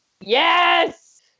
Yes